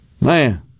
Man